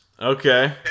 Okay